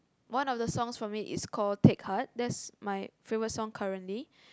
one of the songs from it is called Take Heart that's my favorite song currently